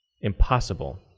Impossible